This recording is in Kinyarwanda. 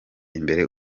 imbere